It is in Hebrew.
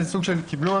קיבלו כבר,